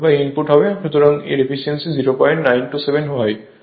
সুতরাং এর এফিসিয়েন্সি 0927 হয়